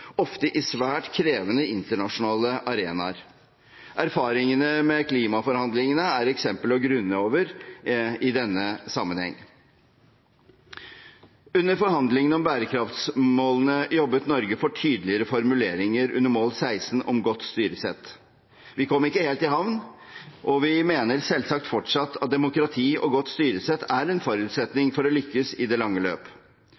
ofte på svært krevende internasjonale arenaer. Erfaringene fra klimaforhandlingene er et eksempel å grunne over i denne sammenheng. Under forhandlingene om bærekraftsmålene jobbet Norge for tydeligere formuleringer under mål 16 om godt styresett. Vi kom ikke helt i havn, og vi mener selvsagt fortsatt at demokrati og godt styresett er en forutsetning for å lykkes i det lange løp.